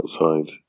outside